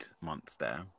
monster